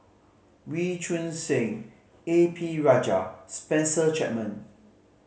Wee Choon Seng A P Rajah Spencer Chapman